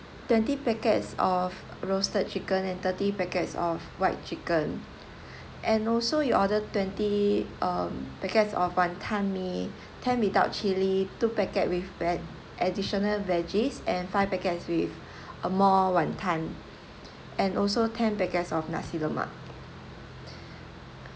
twenty packets of roasted chicken and thirty packets of white chicken and also you order twenty um packets of wanton mee ten without chili two packet with ad~ additional veggies and five packets with uh more wanton and also ten packets of nasi lemak